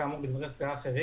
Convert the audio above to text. כאמור, גם בהסדרים אחרים,